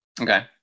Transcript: Okay